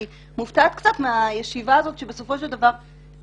אני קצת מופתעת מהישיבה הזאת כי בסופו של דבר אני